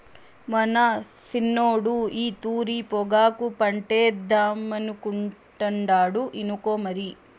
మన సిన్నోడు ఈ తూరి పొగాకు పంటేద్దామనుకుంటాండు ఇనుకో మరి